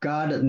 God